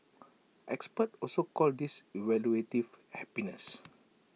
experts also call this evaluative happiness